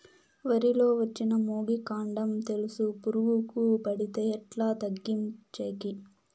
వరి లో వచ్చిన మొగి, కాండం తెలుసు పురుగుకు పడితే ఎట్లా తగ్గించేకి?